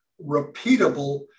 repeatable